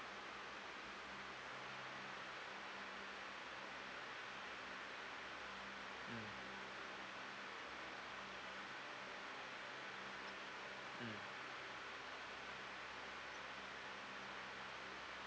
mm mm